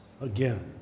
again